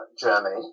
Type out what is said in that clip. Germany